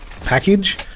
package